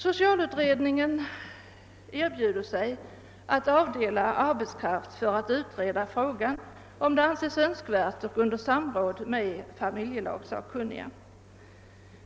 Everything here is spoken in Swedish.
Socialutredningen erbjuder sig att avdela arbetskraft för att utreda frågan, om det anses önskvärt i samråd med familjelagssakkunniga.